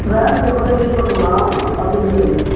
RAM எவ்வளோ use பண்ணலாம் அப்படிங்கிறது